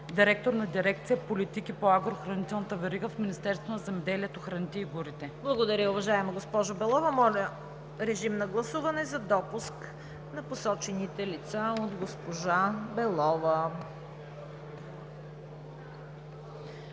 директор на дирекция „Политики по агрохранителната верига“ в Министерството на земеделието, храните и горите. ПРЕДСЕДАТЕЛ ЦВЕТА КАРАЯНЧЕВА: Благодаря, уважаема госпожо Белова. Моля, режим на гласуване за допуск на посочените лица от госпожа Белова.